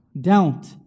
Doubt